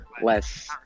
less